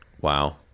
Wow